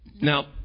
Now